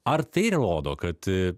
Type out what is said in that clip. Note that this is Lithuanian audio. ar tai rodo kad